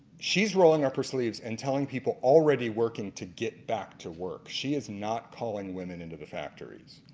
she's rolling up her sleeves and telling people already working to get back to work she's not calling women into the factory.